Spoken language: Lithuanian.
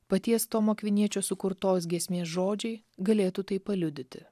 paties tomo akviniečio sukurtos giesmės žodžiai galėtų tai paliudyti